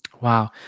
Wow